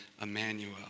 Emmanuel